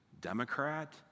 Democrat